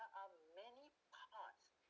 are many parts